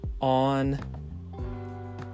on